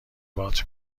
وات